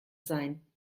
sein